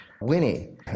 Winnie